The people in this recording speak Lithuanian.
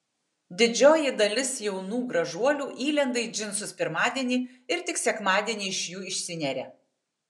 didžioji dalis jaunų gražuolių įlenda į džinsus pirmadienį ir tik sekmadienį iš jų išsineria